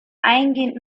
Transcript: eingehend